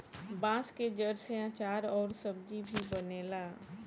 बांस के जड़ से आचार अउर सब्जी भी बनेला